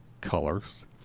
colors